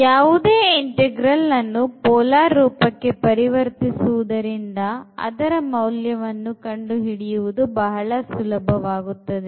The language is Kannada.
ಯಾವುದೇ integral ಅನ್ನು polar ರೂಪಕ್ಕೆ ಪರಿವರ್ತಿಸುವುದರಿಂದ ಅದರ ಮೌಲ್ಯವನ್ನು ಕಂಡುಹಿಡಿಯುವುದು ಬಹಳ ಸುಲಭವಾಗುತ್ತದೆ